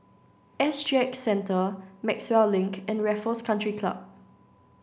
S G X Centre Maxwell Link and Raffles Country Club